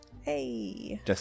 Hey